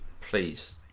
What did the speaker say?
Please